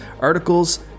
articles